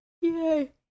Yay